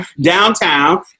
downtown